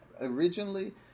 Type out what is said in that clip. originally